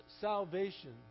salvation